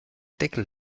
deckel